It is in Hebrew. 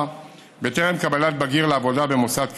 בטרם קבלת בגיר לעבודה במוסד כאמור,